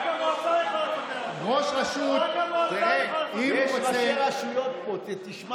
לא, הוא לא יכול.